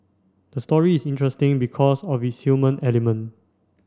the story is interesting because of its human element